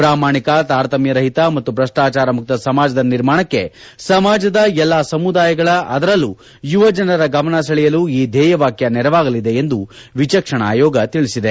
ಪ್ರಾಮಾಣಿಕ ತಾರತಮ್ಲರಹಿತ ಮತ್ತು ಭ್ರಷ್ಲಾಚರ ಮುಕ್ತ ಸಮಾಜದ ನಿರ್ಮಾಣಕ್ಕೆ ಸಮಾಜದ ಎಲ್ಲ ಸಮುದಾಯಗಳ ಅದರಲ್ಲೂ ಯುವಜನರ ಗಮನ ಸೆಳೆಯಲು ಈ ಧ್ವೇಯವಾಕ್ನ ನೆರವಾಗಲಿದೆ ಎಂದು ವಿಚಕ್ಸಣಾ ಆಯೋಗ ತಿಳಿಸಿದೆ